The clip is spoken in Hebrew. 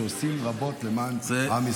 שעושים רבות למען עם ישראל.